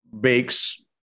bakes